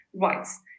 rights